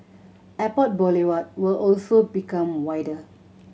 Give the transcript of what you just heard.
Airport Boulevard will also become wider